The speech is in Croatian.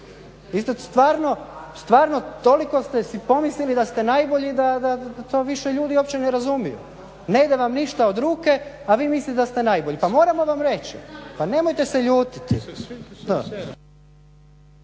Vi ste stvarno toliko ste si pomislili da ste najbolji da to više ljudi uopće ne razumiju. Ne ide vam ništa od ruke, a vi mislite da ste najbolji. Pa moramo vam reći, pa nemojte se ljutiti.